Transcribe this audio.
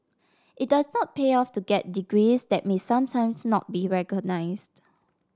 it does not pay off to get degrees that may sometimes not be recognised